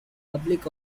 public